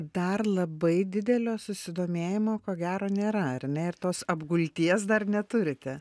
dar labai didelio susidomėjimo ko gero nėra ar ne ir tos apgulties dar neturite